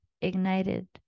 ignited